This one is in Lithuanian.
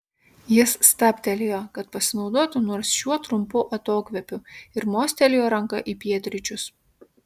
jis stabtelėjo kad pasinaudotų nors šiuo trumpu atokvėpiu ir mostelėjo ranka į pietryčius